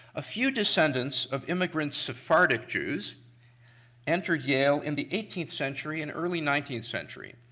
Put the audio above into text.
a few descendants of immigrant sephardic jews entered yale in the eighteenth century and early nineteenth century.